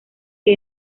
que